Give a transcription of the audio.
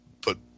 put